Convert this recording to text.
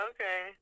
Okay